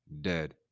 dead